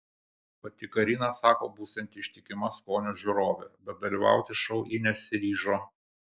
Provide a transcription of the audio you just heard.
pati karina sako būsianti ištikima skonio žiūrovė bet dalyvauti šou ji nesiryžo